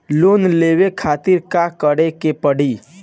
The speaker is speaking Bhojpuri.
लोन लेवे खातिर का करे के पड़ी?